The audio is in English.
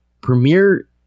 premier